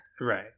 Right